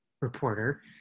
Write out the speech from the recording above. reporter